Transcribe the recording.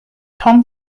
tom